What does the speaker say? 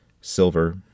silver